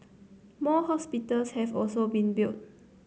more hospitals have also been built